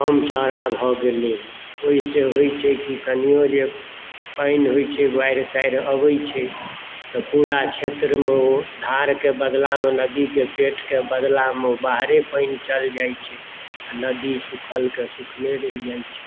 कम चौड़ा भऽ गेलै ओहिसॅं होइ छै की कनीयो जे पानी होय छै बाढ़ि ताढ़ि अबै छै तऽ पूरा क्षेत्रमे ओ धारक बदलामे नदीके पेटके बदलामे ओ बाहरे पानि चल जाइ छै आ नदी सूखलक सूखले रहि जाइ छै